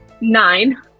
nine